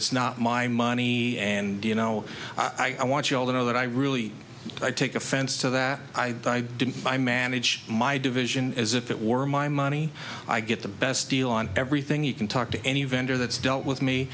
it's not my money and you know i want you all to know that i really take offense to that i didn't buy manage my division as if it were my money i get the best deal on everything you can talk to any vendor that's dealt with me